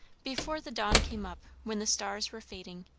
before the dawn came up, when the stars were fading,